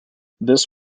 this